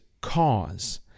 cause